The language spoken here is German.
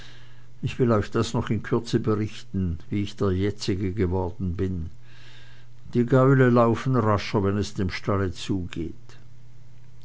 ich will euch das noch in kürze berichten und wie ich der jetzige geworden bin die gäule laufen rascher wenn es dem stalle zugeht